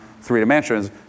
three-dimensions